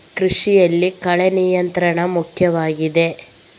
ಕೃಷಿಯಲ್ಲಿ ಕಳೆ ನಿಯಂತ್ರಣ ಮುಖ್ಯವಾಗಿದೆ